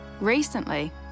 Recently